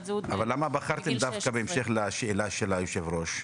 זהות שנופקה לו עת היה בן 20. בהמשך לשאלת היושב ראש,